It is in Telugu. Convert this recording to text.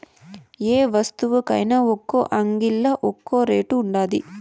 యే వస్తువుకైన ఒక్కో అంగిల్లా ఒక్కో రేటు ఉండాది